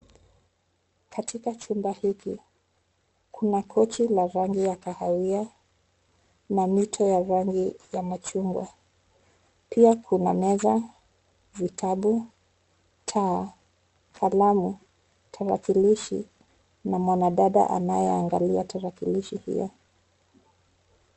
Katika chumba hiki, kuna kochi la rangi ya kahawia na mito ya rangi ya machungwa. Pia kuna meza, vitabu, taa, kalamu, tarakilishi, na mwanadada anayeangalia tarakilishi hiyo.